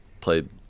played